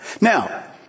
Now